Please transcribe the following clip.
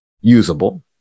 usable